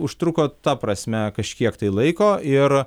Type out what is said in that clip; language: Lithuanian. užtruko ta prasme kažkiek tai laiko ir